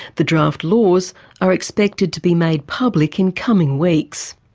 the draft laws are expected to be made public in coming weeks.